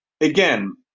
Again